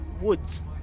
Woods